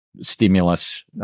stimulus